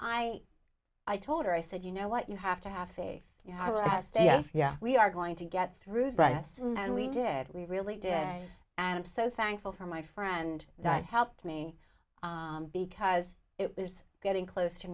i i told her i said you know what you have to have faith you know i just am yeah we are going to get through but yes and we did we really did and i'm so thankful for my friend that helped me because it was getting close to